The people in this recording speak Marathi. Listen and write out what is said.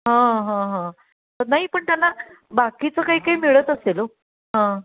हां हां हां नाही पण त्यांना बाकीचं काय काय मिळत असेल हो हां